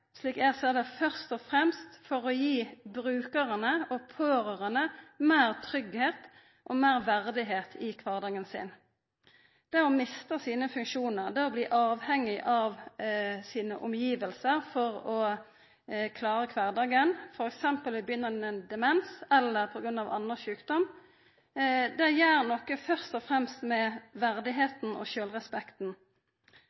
slik eg ser det, først og fremst å gi brukarane og pårørande meir tryggleik og meir verdigheit i kvardagen sin. Det å mista sine funksjonar, det å bli avhengig av sine omgjevnader for å klara kvardagen, f.eks. ved begynnande demens eller på grunn av annan sjukdom, gjer først og fremst noko med